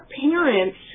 parents